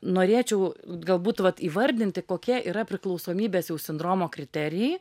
norėčiau galbūt vat įvardinti kokie yra priklausomybės jau sindromo kriterijai